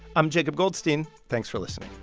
i'm jacob goldstein. thanks for listening